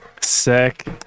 Sick